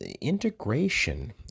integration